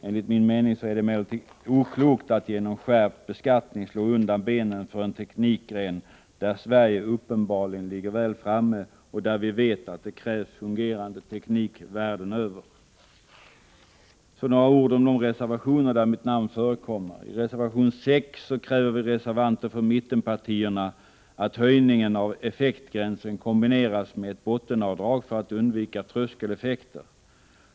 Enligt min mening är det emellertid oklokt att genom skärpt beskattning slå undan benen för en teknikgren där Sverige uppenbarligen ligger väl framme och där vi vet att det krävs fungerande teknik världen över. Så några ord om de reservationer där mitt namn förekommer. I reservation 6 kräver vi reservanter från mittenpartierna att höjningen av effektgränsen kombineras med ett bottenavdrag för att man skall undvika tröskeleffekter.